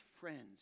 friends